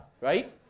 right